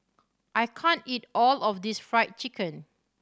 I can't eat all of this Fried Chicken